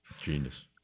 Genius